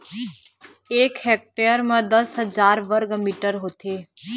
एक हेक्टेयर म दस हजार वर्ग मीटर होथे